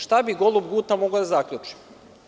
Šta bi golub Guta mogao da zaključi?